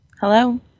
Hello